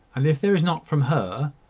and if there is not from her,